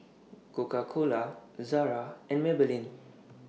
Coca Cola Zara and Maybelline